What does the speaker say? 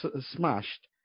smashed